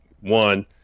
one